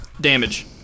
Damage